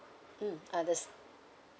mm unders~